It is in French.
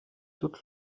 toute